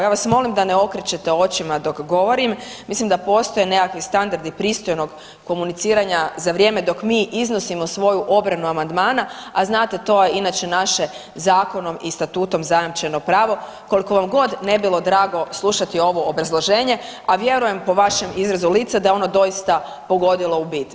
Ja vas molim da ne okrećete očima dok govorim, mislim da postoje nekakvi standardi pristojnog komuniciranja za vrijeme dok mi iznosimo svoju obranu amandmana, a znate to je inače naše zakonom i statutom zajamčeno pravo koliko vam god ne bilo drago slušati ovo obrazloženje, a vjerujem po vašem izrazu lica da je ono doista pogodilo u bit.